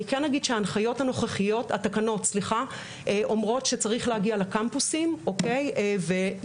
אני כן אגיד שהתקנות הנוכחיות אומרות שצריך להגיע לקמפוסים ולספק